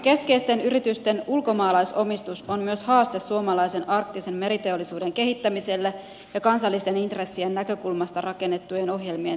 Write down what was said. keskeisten yritysten ulkomaalaisomistus on myös haaste suomalaisen arktisen meriteollisuuden kehittämiselle ja kansallisten intressien näkökulmasta rakennettujen ohjelmien toteuttamiselle